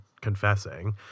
confessing